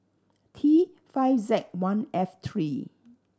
T five Z one F three